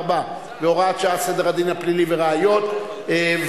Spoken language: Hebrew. לדין הפלילי הכללי המתקדם של מדינת ישראל.